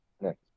next